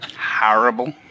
horrible